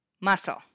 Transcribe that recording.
muscle